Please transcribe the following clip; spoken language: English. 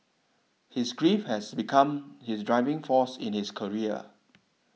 his grief has become his driving force in his career